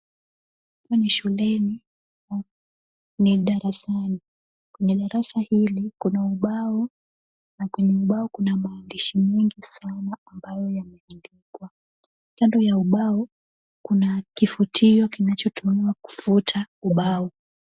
Hapa ni shuleni na ni darasani, kwenye darasa hili kuna ubao na kwenye ubao kuna maandishi mingi sana ambayo yameandikwa, kando ya ubao kuna kifutio kinachotumiwa kufuta ubao.